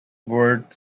word